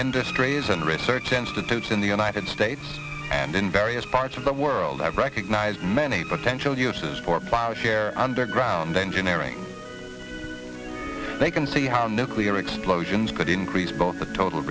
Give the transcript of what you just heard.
industries and research institutes in the united states and in various parts of the world i recognize many potential uses for power here underground engineering they can see how nuclear explosions could increase both the total